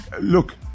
look